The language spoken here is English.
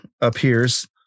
appears